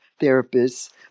therapists